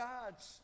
God's